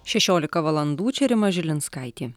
šešiolika valandų čia rima žilinskaitė